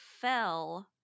fell